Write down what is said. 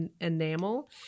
enamel